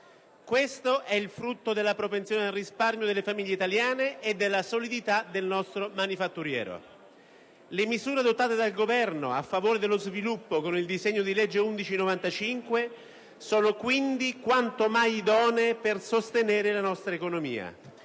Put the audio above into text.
Questo è il frutto della propensione al risparmio delle famiglie italiane e della solidità del nostro settore manifatturiero. Le misure adottate dal Governo a favore dello sviluppo con il disegno di legge n. 1195-B al nostro esame sono, quindi, quanto mai idonee a sostenere la nostra economia